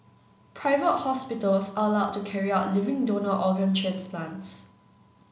private hospitals are allowed to carry out living donor organ transplants